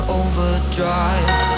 overdrive